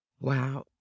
Wow